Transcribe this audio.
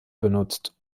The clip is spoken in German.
benutzt